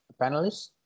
panelists